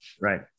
Right